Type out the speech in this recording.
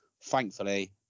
Thankfully